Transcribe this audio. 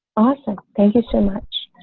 awesome. thank you so much.